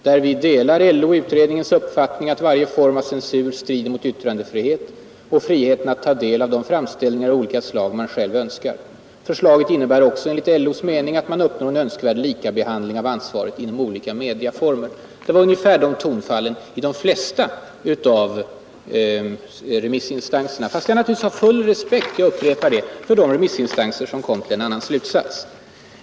Därvid delar LO utredningens uppfattning att varje form av censur strider mot yttrandefrihet och friheten att ta del av de framställningar av olika slag man själv önskar. Förslaget innebär också enligt LO:s mening att man önskar likabehandling av ansvaret inom olika mediaformer.” Det var ungefär de tonfallen i de flesta av remissvaren. Jag upprepar att jag naturligtvis har respekt för de remissinstanser som kom till en annan slutsats.